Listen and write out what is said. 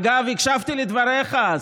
אגב, הקשבתי לדבריך אז,